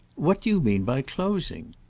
what do you mean by closing?